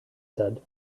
said